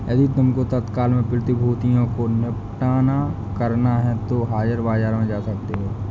यदि तुमको तत्काल में प्रतिभूतियों को निपटान करना है तो हाजिर बाजार में जा सकते हो